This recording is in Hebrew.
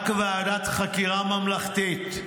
רק ועדת חקירה ממלכתית,